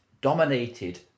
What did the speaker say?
dominated